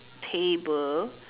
table